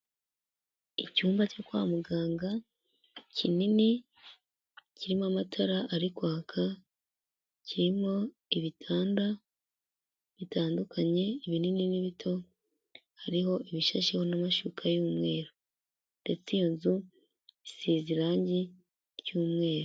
Icyumba cyo kwa muganga, kinini, kirimo amatara ari kwaka, kirimo ibitanda bitandukanye ibinini n'ibito, hariho ibishasheho n'amashuka y'umweru, ndetse iyo nzu isize irangi ry'umweru.